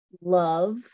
love